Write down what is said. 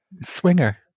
Swinger